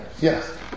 Yes